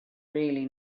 really